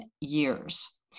years